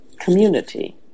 community